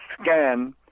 scan